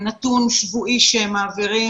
האם מערכת של אלף חוקרים